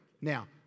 Now